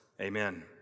Amen